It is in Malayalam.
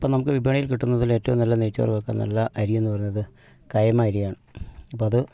ഇപ്പം നമുക്ക് വിപണിയിൽ കിട്ടുന്നതിൽ ഏറ്റവും നല്ല നെയ്ച്ചോറ് വയ്ക്കുന്നതിനുള്ള അരിയെന്ന് പറഞ്ഞത് കൈമ അരിയാണ് അപ്പം അത്